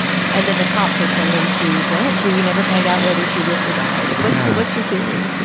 and that the cops are tending to blanch who we never find out whether she lived or died. what what's your theory?